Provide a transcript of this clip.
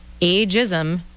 ageism